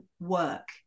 work